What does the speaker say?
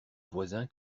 voisin